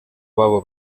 babo